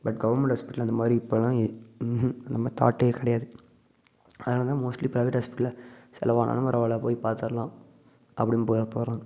but government ஹாஸ்பிட்டலில் அந்தமாதிரி இப்போல்லாம் ம்ஹும் அந்தமாதிரி தாட்டு கிடையாது அதனால் தான் மோஸ்ட்லி ப்ரைவேட் ஹாஸ்பிட்டலில் செலவானாலும் பரவாயில்ல போய் பாத்துடலாம் அப்படின்னு போகிறாங்க